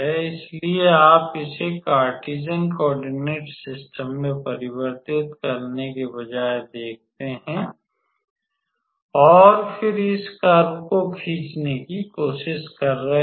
इसलिए आप इसे कार्टेशियन कोऑर्डिनेट सिस्टम में परिवर्तित करने के बजाय देखते हैं और फिर इस कर्व को खींचने की कोशिश कर रहे हैं